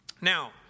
Now